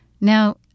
Now